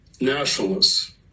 nationalists